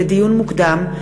לדיון מוקדם: